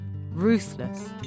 Ruthless